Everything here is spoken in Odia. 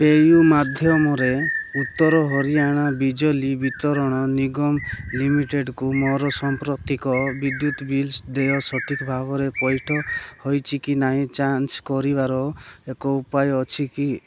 ପେ ୟୁ ମାଧ୍ୟମରେ ଉତ୍ତର ହରିୟାଣା ବିଜଲି ବିତରଣ ନିଗମ ଲିମିଟେଡ଼୍କୁ ମୋର ସମ୍ପ୍ରତିକ ବିଦ୍ୟୁତ ବିଲ୍ ଦେୟ ସଠିକ୍ ଭାବରେ ପଇଠ ହୋଇଛି କି ନାହିଁ ଯାଞ୍ଚ କରିବାର ଏକ ଉପାୟ ଅଛି କି